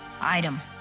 Item